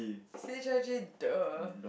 c_h_i_j the